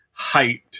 hyped